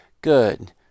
Good